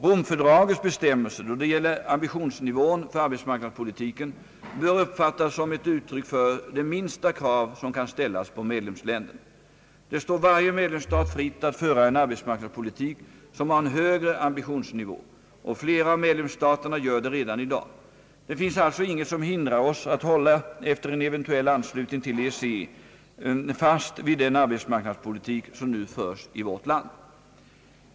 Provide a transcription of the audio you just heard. Romfördragets bestämmelse då det gäller ambitionsnivån för arbetsmarknadspolitiken bör uppfattas som ett uttryck för det minsta krav som kan ställas på medlemsländerna. Det står varje medlemsstat fritt att föra en arbetsmarknadspolitik som har en högre ambitionsnivå, och flera av medlemsstaterna gör det redan i dag. Det finns alltså inget som hindrar oss att hålla, efter en eventuell anslutning till EEC, fast vid den arbetsmarknadspolitik som nu förs i vårt land.